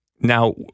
Now